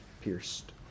pierced